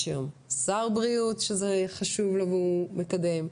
יש היום שר בריאות שזה חשוב לו והוא מקדם,